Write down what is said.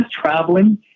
traveling